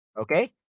okay